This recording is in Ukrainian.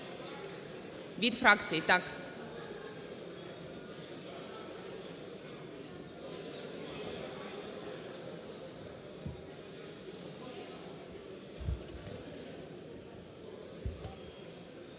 Від фракцій, так.